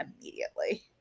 immediately